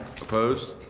Opposed